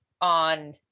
on